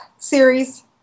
Series